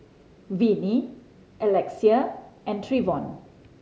Vinnie Alexia and Trevon